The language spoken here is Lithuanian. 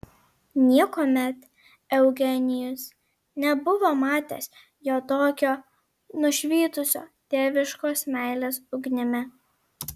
niekuomet eugenijus nebuvo matęs jo tokio nušvitusio tėviškos meilės ugnimi